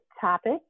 topic